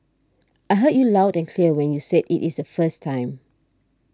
I heard you loud and clear when you said it is the first time